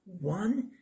One